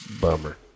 Bummer